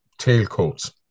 tailcoats